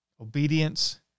Obedience